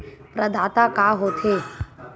प्रदाता का हो थे?